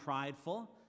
prideful